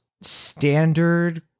standard